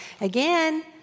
Again